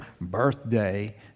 birthday